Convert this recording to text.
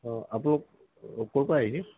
অঁ আপোনালাক ক'ৰ পৰা আহিছে